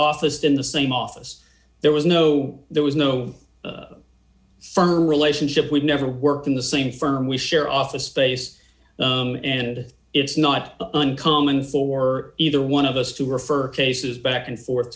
officers in the same office there was no there was no firm relationship we've never worked in the same firm we share office space and it's not uncommon for either one of us to refer cases back and forth